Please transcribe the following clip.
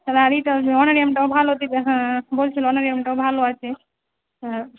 আর ইটাও অনানিয়ামটাও ভালো দিবে হ্যাঁ বলছিলো অনারিয়ামটাও ভালো আছে হ্যাঁ